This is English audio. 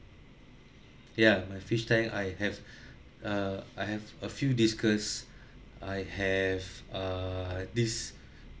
ya my fish tank I have a I have a few discus I have err this